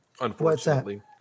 Unfortunately